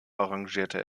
arrangierte